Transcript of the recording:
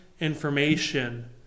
information